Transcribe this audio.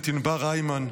את ענבר הימן,